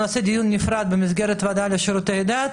במסגרת הוועדה לשירותי דת